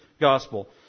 gospel